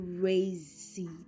crazy